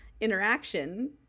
interaction